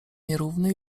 nierówny